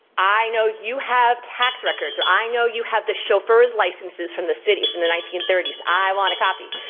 i know you have tax records or i know you have the chauffeurs' licenses from the city from the nineteen thirty s and i want a copy,